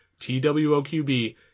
TWOQB